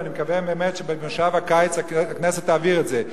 ואני מקווה שבמושב הקיץ הכנסת תעביר את זה,